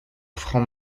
franc